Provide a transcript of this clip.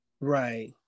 Right